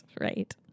Right